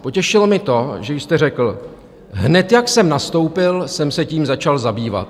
Potěšilo mě to, že jste řekl: Hned, jak jsem nastoupil, jsem se tím začal zabývat.